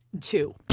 two